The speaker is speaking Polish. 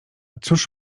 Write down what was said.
cóż